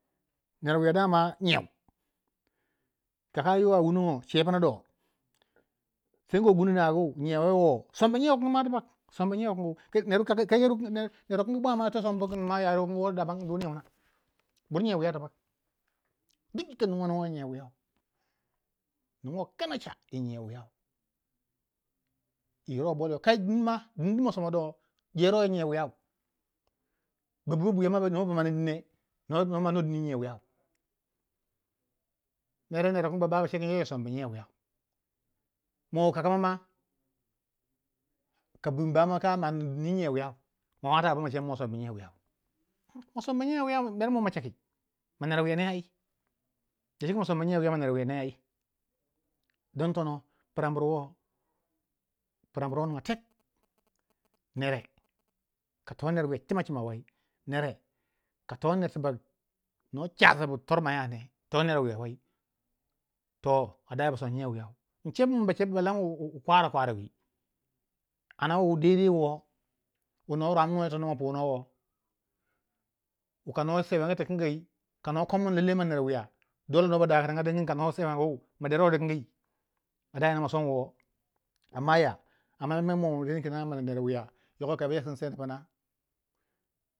nerwiya dama nyiyau, kakayiwa a wunongo cepna do, sengo gundu nagu, nyiya wo wo, sombu nyiya wukun ma tibak, sombu nyiya wukungu ner wu kin bwa ma sombu kin rayuwa wukun wo duniya wuna bur nyiya wiya tibak duk yitiningoi ningo yi nyiya wiyau ningo kanaca yi nyiya wiyau yiro bolyo, kai din ma din di ma soma do jero yi nyan wiyau ba bu bobwiya no ba manni dine no manno yi nyiya wiyau mer nerwukun ba ba kinyo sombu nyiya wiyau mowu kakamo ka bin mbamu ma a manni din yi nyiya wiyau, mawata bur mer kin ma sombu nyan wiyau, ma sombu nyan wiyau mere, macaki? dacike masombu nyiyau wiyane mer don tono pra mir wo pra mir wo ninga tek, nere ka to ner wiya cimacima wei, ka to ner tibak no chasa bu tormaya ne, to ner wiya wei to adaya bason nyiya wiyau, incebu min balang wu kwara kwara wi ana wu daidai wo wuno rwamno yitono ma puno wo, wu kano sekugu tikangi kano komin lallai ma ner wiya dole no ba dakatanga dignin kano sekangu ma dero dikingi a daya ma son wo amma ya amma mo yoko yito ren kina kin mayogi ner wiya kai sinseni pna